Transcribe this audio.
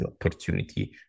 opportunity